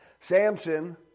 Samson